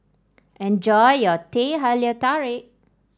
enjoy your Teh Halia Tarik